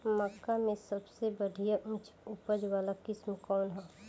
मक्का में सबसे बढ़िया उच्च उपज वाला किस्म कौन ह?